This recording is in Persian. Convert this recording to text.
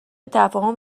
تفاهم